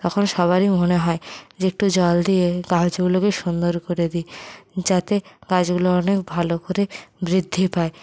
তখন সবারই মনে হয় যে একটু জল দিয়ে গাছগুলোকে সুন্দর করে দিই যাতে গাছগুলো অনেক ভালো করে বৃদ্ধি পায়